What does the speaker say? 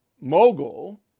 mogul